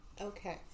Okay